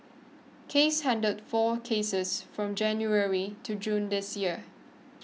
case handled four cases from January to June this year